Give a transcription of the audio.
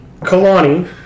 Kalani